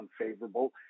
unfavorable